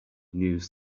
news